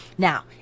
Now